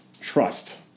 trust